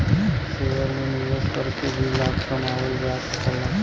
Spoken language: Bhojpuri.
शेयर में निवेश करके भी लाभ कमावल जा सकला